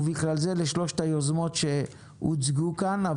ובכלל זה לשלוש היוזמות הצעירות שהוצגו כאן,